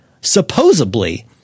supposedly